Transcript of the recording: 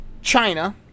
China